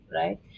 right